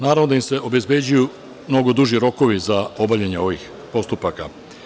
Naravno da im se obezbeđuju mnogo duži rokovi za obavljanje ovih postupaka.